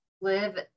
live